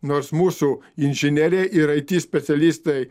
nors mūsų inžinerija ir it specialistai